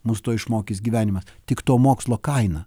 mus to išmokys gyvenimas tik to mokslo kaina